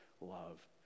love